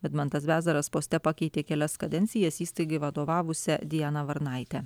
vidmantas bezaras poste pakeitė kelias kadencijas įstaigai vadovavusią dianą varnaitę